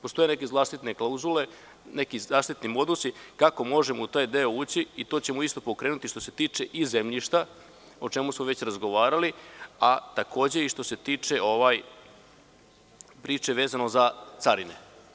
Postoje neke zaštitne klauzule, neki zaštitni modusi kako možemo u taj deo ući i to ćemo isto pokrenuti, što se tiče i zemljišta, o čemu smo već razgovarali, a takođe i što se tiče priče vezano za carine.